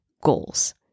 goals